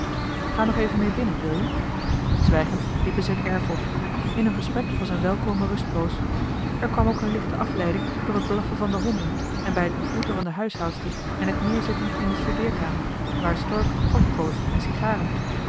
ga nog even mee binnen wil je zwijgend liepen zij het erf op in hun gesprek kwam een welkome rustpoos er kwam ook een lichte afleiding door het blaffen van de honden en bij het begroeten van de huishoudster en het neerzitten in de studeerkamer waar stork port bood en sigaren